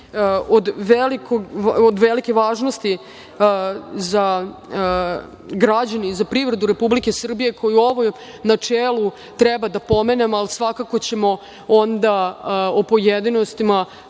od velike važnosti za građane i za privredu Republike Srbije, a koju u načelu treba da pomenemo, ali svakako ćemo u pojedinostima